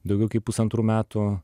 daugiau kaip pusantrų metų